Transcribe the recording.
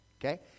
Okay